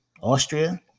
Austria